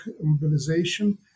mobilization